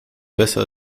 besser